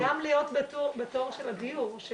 וגם להיות בתור של הדיור.